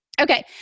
Okay